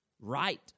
right